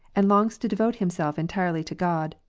and longs to devote himself entirely to god,